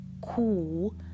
cool